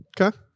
Okay